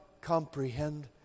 comprehend